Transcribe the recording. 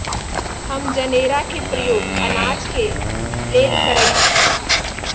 हम जनेरा के प्रयोग अनाज के लेल करइछि